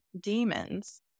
demons